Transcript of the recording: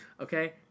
okay